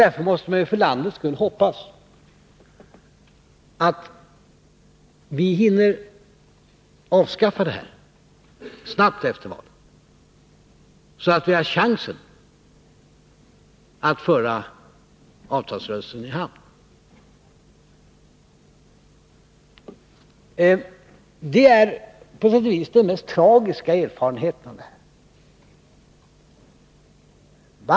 Därför måste man för landets skull hoppas att vi hinner avskaffa det här snabbt efter valet, så att vi har chansen att föra avtalsrörelsen i hamn. Det är på sätt och vis den mest tragiska erfarenheten av det här.